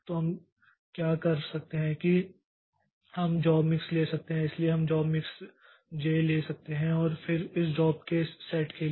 तो हम क्या कर सकते हैं हम जॉब मिक्स ले सकते हैं इसलिए हम जॉब मिक्स जे ले सकते हैं और फिर इस जॉब के सेट के लिए